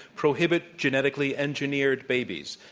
prohibit genetically engineered babies.